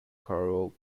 corel